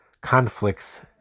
conflicts